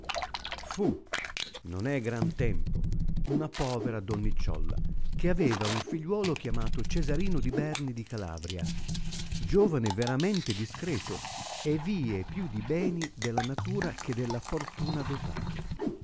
fu non è gran tempo una povera donnicuolla che aveva un figliuolo chiamato cesarino di berni di calavi'ia giovane veramente discreto e vie più di beni della natura che della fortuna dotato